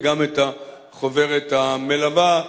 וגם את החוברת המלווה,